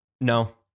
No